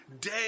day